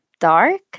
dark